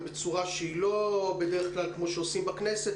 ובצורה שהיא לא בדרך כלל כמו שעושים בכנסת,